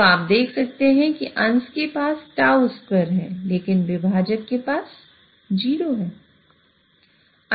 तो आप देख सकते हैं कि अंश के पास τ2 है लेकिन विभाजक के पास 0 है